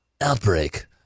Outbreak